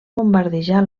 bombardejar